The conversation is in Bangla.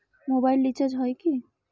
মোবাইল রিচার্জ হয় কি?